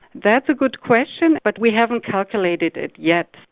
that's a good question but we haven't calculated it yet.